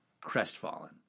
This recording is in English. crestfallen